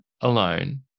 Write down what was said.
alone